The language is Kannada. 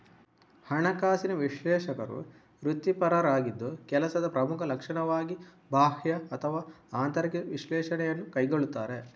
ಹಣಕಾಸಿನ ವಿಶ್ಲೇಷಕರು ವೃತ್ತಿಪರರಾಗಿದ್ದು ಕೆಲಸದ ಪ್ರಮುಖ ಲಕ್ಷಣವಾಗಿ ಬಾಹ್ಯ ಅಥವಾ ಆಂತರಿಕ ವಿಶ್ಲೇಷಣೆಯನ್ನು ಕೈಗೊಳ್ಳುತ್ತಾರೆ